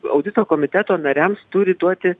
audito komiteto nariams turi duoti